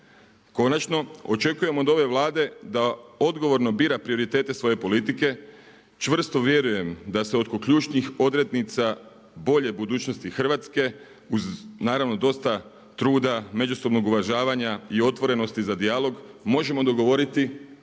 Konačno, očekujem od ove Vlade da odgovorno bira prioritete svoje politike, čvrsto vjerujem da se oko ključnih odrednica bolje budućnosti Hrvatske uz naravno dosta truda, međusobnog uvažavanja i otvorenosti za dijalog možemo dogovoriti,